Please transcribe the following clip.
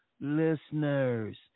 listeners